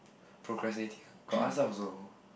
procrastinating got other stuff also